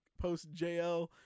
post-JL